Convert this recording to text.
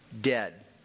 dead